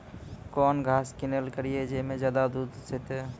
कौन घास किनैल करिए ज मे ज्यादा दूध सेते?